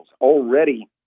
Already